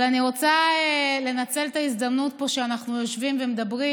אבל אני רוצה לנצל את ההזדמנות שאנחנו יושבים פה ומדברים.